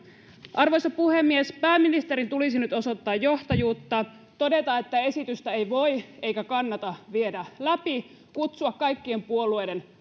arvoisa puhemies pääministerin tulisi nyt osoittaa johtajuutta todeta että esitystä ei voi eikä kannata viedä läpi kutsua kaikkien puolueiden